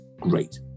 Great